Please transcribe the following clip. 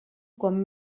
com